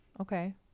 okay